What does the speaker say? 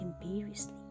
imperiously